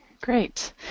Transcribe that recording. great